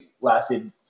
lasted